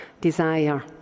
desire